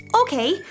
Okay